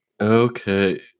Okay